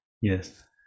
Yes